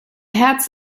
herz